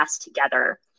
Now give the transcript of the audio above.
together